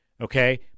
Okay